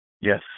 Yes